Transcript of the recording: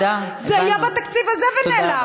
זה היה בתקציב הזה ונעלם,